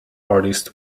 artist